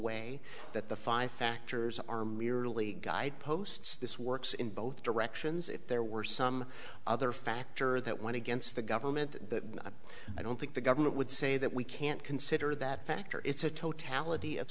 way that the five factors are merely guideposts this works in both directions if there were some other factor that went against the government to i don't think the government would say that we can't consider that factor it's a